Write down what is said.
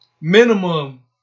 minimum